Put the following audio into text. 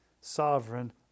sovereign